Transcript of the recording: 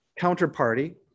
counterparty